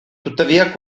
tuttavia